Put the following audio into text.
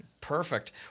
Perfect